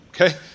okay